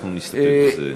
אנחנו נסתפק בזה.